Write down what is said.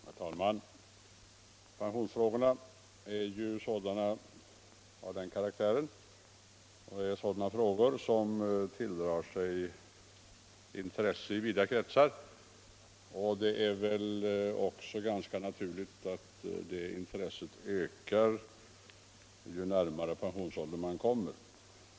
Herr talman! Pensionsfrågorna är ju av den karaktären att de tilldrar sig stort intresse i vida kretsar, och det är väl också ganska naturligt att det intresset ökar ju närmare pensionsåldern man kommer.